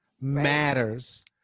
matters